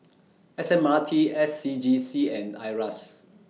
S M R T S C G C and IRAS